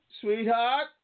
sweetheart